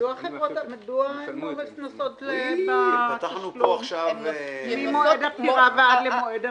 --- מדוע הן לא נושאות בתשלום ממועד הפטירה ועד מועד המימוש?